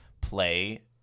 play